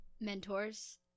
mentors